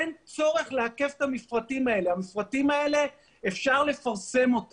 אין צורך לעכב את המפרטים האלה, אפשר לפרסם את